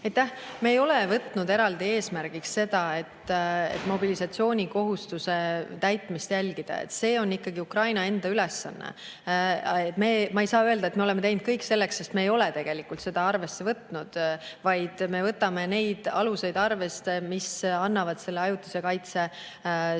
Me ei ole võtnud eraldi eesmärgiks mobilisatsioonikohustuse täitmist jälgida. See on ikkagi Ukraina enda ülesanne. Ma ei saa öelda, et me oleme teinud kõik selleks, sest me ei ole tegelikult seda arvesse võtnud, vaid me võtame arvesse neid aluseid, mis annavad ajutise kaitse võimaluse.